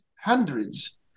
hundreds